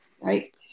right